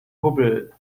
hubbel